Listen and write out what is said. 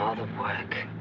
the work.